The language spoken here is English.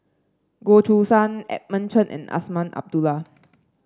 Goh Choo San Edmund Chen and Azman Abdullah